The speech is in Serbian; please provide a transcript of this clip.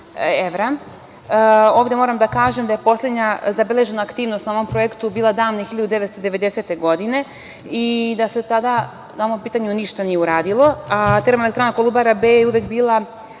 Ovde moram da kažem da je poslednja zabeležena aktivnost na ovom projektu bila davne 1990. godine i da se od tada na ovom pitanju ništa nije uradilo, a Termoelektrana „Kolubara B“ je uvek bila